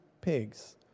pigs